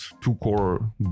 two-core